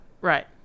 right